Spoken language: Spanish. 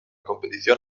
competición